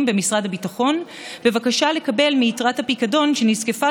במשרד הביטחון בבקשה לקבל מיתרת הפיקדון שנזקפה